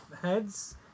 heads